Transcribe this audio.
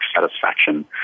satisfaction